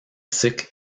cycle